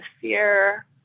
fear